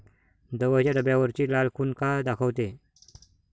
दवाईच्या डब्यावरची लाल खून का दाखवते?